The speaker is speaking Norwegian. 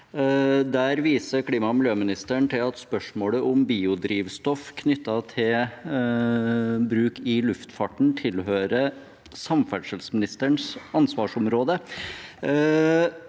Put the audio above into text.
Klima- og miljøministeren viser til at spørsmålet om biodrivstoff knyttet til bruk i luftfarten tilhører samferdselsministerens ansvarsområde.